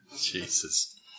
Jesus